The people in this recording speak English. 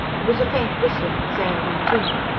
there was a faint whistling as air went in.